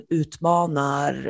utmanar